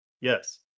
Yes